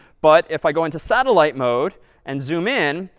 but if i go into satellite mode and zoom in,